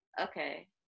Okay